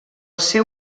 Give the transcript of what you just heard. seu